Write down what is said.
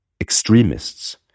Extremists